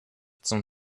zum